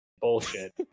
bullshit